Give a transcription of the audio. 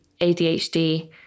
ADHD